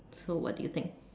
so what do you think